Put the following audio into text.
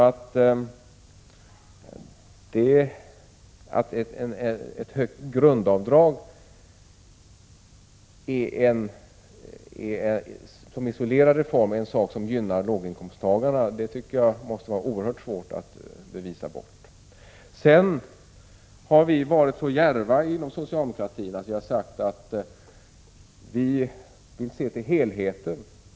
Att ett förhöjt grundavdrag som en isolerad reform gynnar låginkomsttagarna är något som det är oerhört svårt att motbevisa. Inom socialdemokratin vill vi se till helheten.